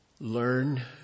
learn